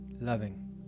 loving